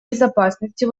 безопасностью